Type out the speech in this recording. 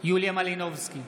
יוליה מלינובסקי,